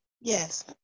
Yes